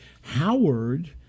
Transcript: Howard